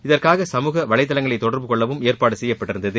இதற்காக சமூக வலைதளங்களை தொடர்புகொள்ள ஏற்பாடு செய்யப்பட்டிருந்தது